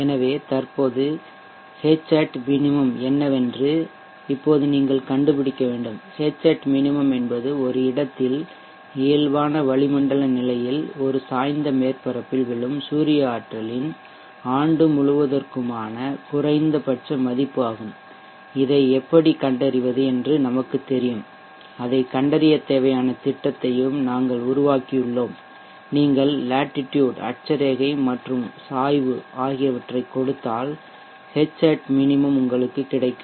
எனவே தற்போது Hat minimum என்னவென்று இப்போது நீங்கள் கண்டுபிடிக்க வேண்டும் Hat minimum என்பது ஒரு இடத்தில்இயல்பான வளிமண்டல நிலையில் ஒரு சாய்ந்த மேற்பரப்பில் விழும் சூரிய ஆற்றலின் ஆண்டு முழுவதற்குமான குறைந்தபட்ச மதிப்பு ஆகும் இதை எப்படி கண்டறிவது என்று நமக்குத் தெரியும் அதைக் கண்டறியத்தேவையான திட்டத்தையும் நாங்கள் உருவாக்கியுள்ளோம்நீங்கள் லேட்டிடுட்அட்சரேகை மற்றும் சாய்வு ஆகியவற்றை கொடுத்தால் Hat minimum உங்களுக்குக் கிடைக்கும்